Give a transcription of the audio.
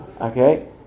Okay